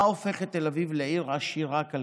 מה הופך את תל אביב לעיר עשירה כלכלית?